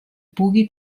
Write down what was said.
pugui